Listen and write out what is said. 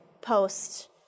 post